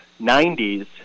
90s